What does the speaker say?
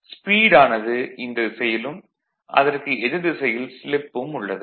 speed ஆனது இந்த திசையிலும் அதற்கு எதிர் திசையில் ஸ்லிப்பும் உள்ளது